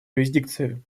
юрисдикции